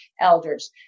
elders